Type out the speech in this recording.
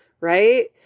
right